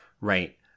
right